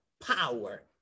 Power